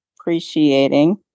appreciating